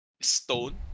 stone